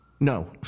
No